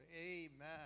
Amen